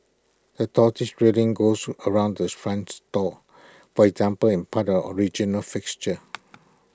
the turquoise railing goes around the front store for example in part of original fixtures